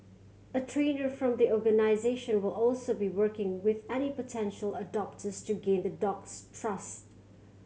a trainer from the organisation will also be working with any potential adopters to gain the dog's trust